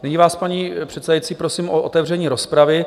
Nyní vás, paní předsedající, prosím o otevření rozpravy.